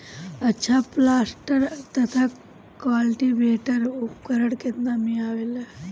अच्छा प्लांटर तथा क्लटीवेटर उपकरण केतना में आवेला?